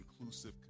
inclusive